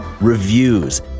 reviews